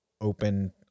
open